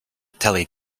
telly